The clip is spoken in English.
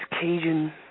Cajun